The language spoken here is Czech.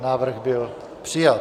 Návrh byl přijat.